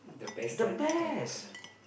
the best